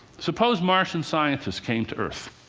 suppose martian scientists came to earth.